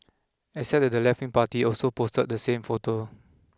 except that the leftwing party also posted the same photo